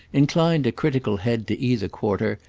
inclined a critical head to either quarter,